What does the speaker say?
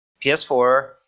PS4